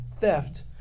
theft